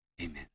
Amen